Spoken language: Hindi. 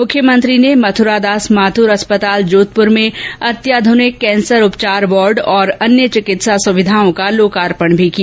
मुख्यमंत्री ने मथुरादास माथुर अस्पताल जोधपुर में अत्याध्रनिक कैंसर उपचार वार्ड तथा अन्य चिंकित्सा सुविधाओं का लोकार्पण किया